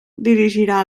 dirigirà